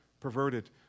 perverted